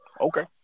Okay